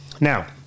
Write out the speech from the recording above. Now